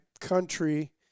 country